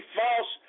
false